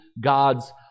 God's